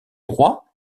droit